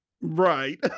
right